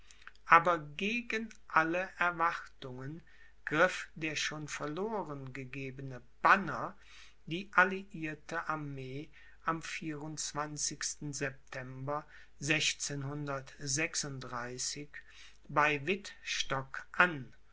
aber gegen alle erwartungen griff der schon verloren gegebene banner die alliierte armee am september bei wittstock an